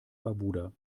barbuda